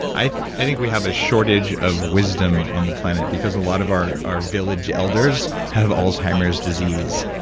i i think we have a shortage of wisdom on the planet, because a lot of our our village elders have alzheimer's disease,